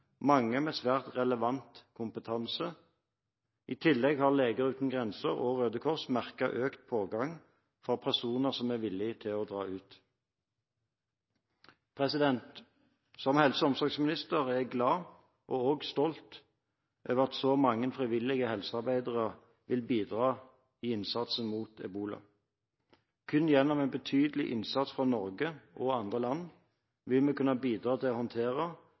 mange med svært relevant kompetanse. I tillegg har Leger Uten Grenser og Røde Kors merket økt pågang fra personer som er villige til å dra ut. Som helse- og omsorgsminister er jeg glad og stolt over at så mange frivillige helsearbeidere vil bidra i innsatsen mot ebola. Kun gjennom en betydelig innsats fra Norge og andre land vil vi kunne bidra til å håndtere,